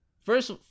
first